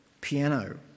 piano